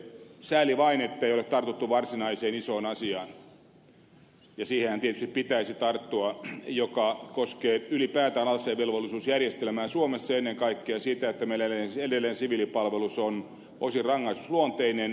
sääli vain ettei ole tartuttu varsinaiseen isoon asiaan ja siihenhän tietysti pitäisi tarttua joka koskee ylipäätään asevelvollisuusjärjestelmää suomessa ja ennen kaikkea sitä että meillä edelleen siviilipalvelus on osin rangaistusluonteinen